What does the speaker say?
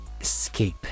escape